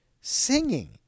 singing